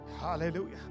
Hallelujah